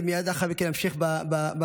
ומייד לאחר מכן אני אמשיך בלו"ז,